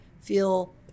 feel